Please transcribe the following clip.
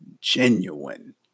Genuine